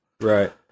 Right